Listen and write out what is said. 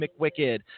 McWicked